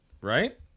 right